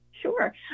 Sure